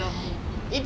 what is that